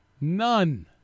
none